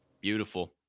Beautiful